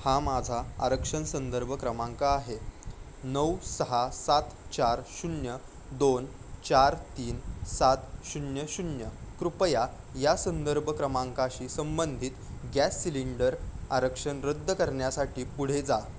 हा माझा आरक्षण संदर्भ क्रमांक आहे नऊ सहा सात चार शून्य दोन चार तीन सात शून्य शून्य कृपया या संदर्भ क्रमांकाशी संबंधित गॅस सिलेंडर आरक्षण रद्द करण्यासाठी पुढे जा